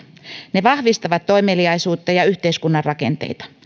ne vahvistavat toimeliaisuutta ja ja yhteiskunnan rakenteita